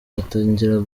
batangira